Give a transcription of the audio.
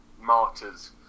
martyrs